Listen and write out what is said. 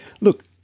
Look